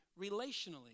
relationally